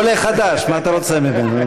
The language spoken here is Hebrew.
הוא עולה חדש, מה אתה רוצה ממנו?